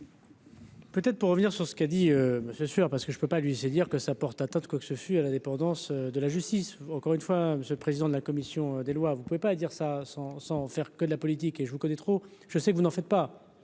Peut-être pour revenir sur ce qu'a dit Monsieur sur parce que je peux pas lui, c'est dire que ça porte atteinte quoi que ce fût à l'indépendance de la justice encore une fois, monsieur le président de la commission des lois, vous ne pouvez pas dire ça sans sans faire que de la politique et je vous connais trop, je sais que vous n'en faites pas.